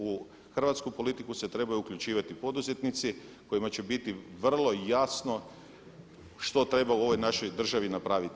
U hrvatsku politiku se trebaju uključivati poduzetnici kojima će biti vrlo jasno što treba u ovoj našoj državi napraviti.